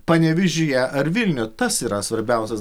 panevėžyje ar vilniuje tas yra svarbiausias